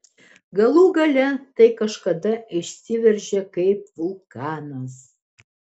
galų gale tai kažkada išsiveržia kaip vulkanas